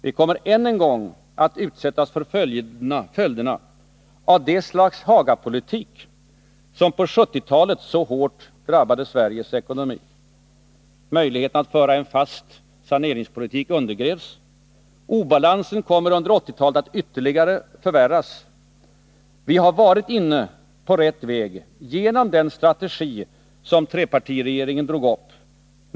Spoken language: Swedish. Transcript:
Vi kommer än en gång att utsättas för följderna av det slags Hagapolitik som på 1970-talet så hårt drabbade Sveriges ekonomi. Möjligheterna att föra en fast saneringspolitik undergrävs. Obalansen kommer under 1980-talet att ytterligare förvärras. Vi har varit inne på rätt väg genom den strategi som trepartiregeringen drog upp.